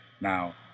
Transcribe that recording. Now